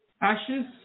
Ashes